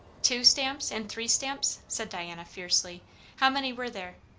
two stamps and three stamps? said diana fiercely how many were there?